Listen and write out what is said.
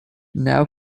now